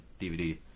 DVD